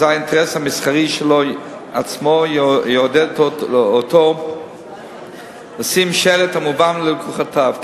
אזי האינטרס המסחרי שלו עצמו יעודד אותו לשים שלט המובן ללקוחותיו.